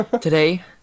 today